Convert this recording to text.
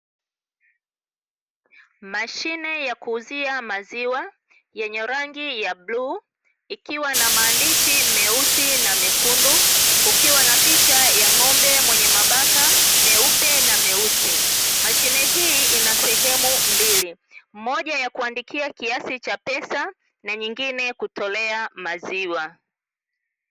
Mashine ya kuuzia maziwa, yenye rangi ya bluu, ikiwa na maandishi meusi na mekundu, kukiwa na picha ya ng'ombe mwenye mabaka meupe na meusi. Mashine hii ina sehemu mbili, moja ya kuandikia kiasi cha pesa, na nyingine kutolea maziwa.